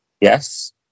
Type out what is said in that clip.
Yes